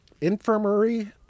Infirmary